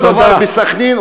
אותו דבר בסח'נין,